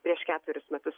prieš ketverius metus